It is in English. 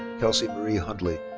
kelsey marie hundley.